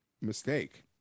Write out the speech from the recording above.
mistake